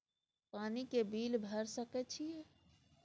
पानी के बिल भर सके छियै?